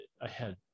ahead